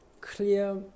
clear